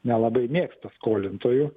nelabai mėgsta skolintojų